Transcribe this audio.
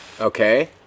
Okay